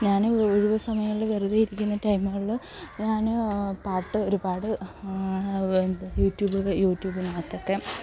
ഞാൻ ഒഴിവുസമയങ്ങളിൽ വെറുതെ ഇരിക്കുന്ന ടൈമുകളിൽ ഞാൻ പാട്ട് ഒരുപാട് യൂട്യൂബ് യൂട്യൂബിൽനിന്ന് അകത്തൊക്കെ